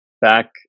back